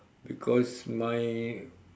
because my